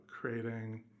creating